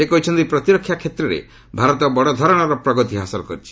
ସେ କହିଛନ୍ତି ପ୍ରତିରକ୍ଷା କ୍ଷେତ୍ରରେ ଭାରତ ବଡ଼ ଧରଣର ପ୍ରଗତି ହାସଲ କରିଛି